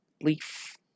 leaf